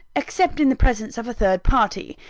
except in the presence of a third party.